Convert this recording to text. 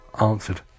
answered